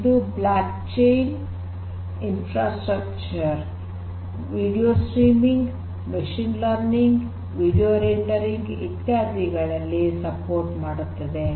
ಇದು block chain infrastructure video streaming machine learning video rendering ಇತ್ಯಾದಿಗಳಲ್ಲಿ support ಮಾಡುತ್ತದೆ